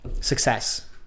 Success